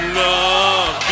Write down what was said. love